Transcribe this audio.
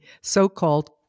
so-called